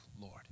Lord